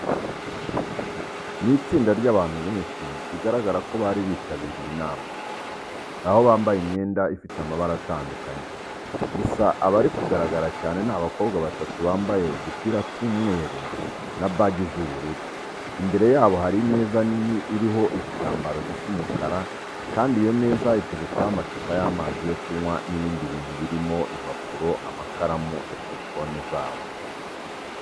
Ni istinda ry'abantu benshi bigaragara ko bari bitabiriye inama, aho bambaye imyenda ifite amabara atandukanye. Gusa abari kugaragara cyane ni abakobwa batatu bambaye udupira tw'umweru na baji z'ubururu. Imbere yabo hari imeza nini iriho igitambaro gisa umukara kandi iyo meza iteretseho amacupa y'amazi yo kunywa n'ibindi bintu birimo impapuro, amakaramu na telefone zabo.